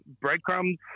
breadcrumbs